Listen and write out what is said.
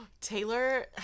Taylor